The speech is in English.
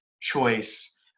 choice